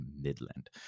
Midland